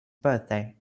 birthday